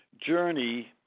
journey